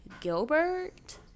gilbert